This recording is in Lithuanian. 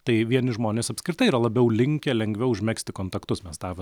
tai vieni žmonės apskritai yra labiau linkę lengviau užmegzti kontaktus mes tą vat